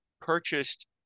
purchased